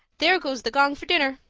there goes the gong for dinner.